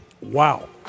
Wow